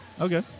Okay